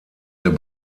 der